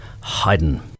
Haydn